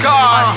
God